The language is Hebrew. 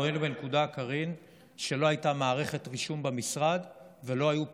אנחנו היינו בנקודה שבה לא הייתה מערכת רישום במשרד ולא היו פקחים.